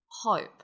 Hope